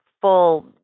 full